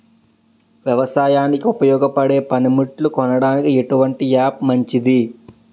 వ్యవసాయానికి ఉపయోగపడే పనిముట్లు కొనడానికి ఎటువంటి యాప్ మంచిది?